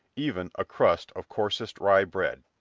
even a crust of coarsest rye bread.